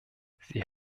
sie